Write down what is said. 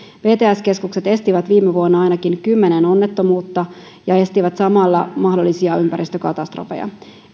vts keskukset estivät viime vuonna ainakin kymmenen onnettomuutta ja estivät samalla mahdollisia ympäristökatastrofeja